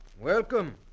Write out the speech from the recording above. Welcome